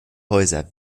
häuser